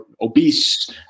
obese